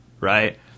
right